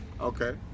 Okay